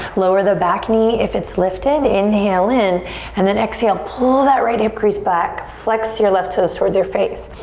lower the back knee if it's lifted. inhale in and then exhale pull that right hip crease back. flex your left toes towards your face.